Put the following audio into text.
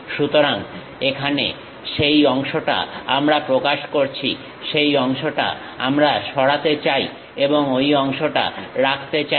সুতরাং এখানে সেই অংশটা আমরা প্রকাশ করছি সেই অংশটা আমরা সরাতে চাই এবং ঐ অংশটা রাখতে চাই